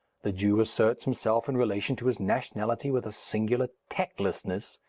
the jew asserts himself in relation to his nationality with a singular tactlessness,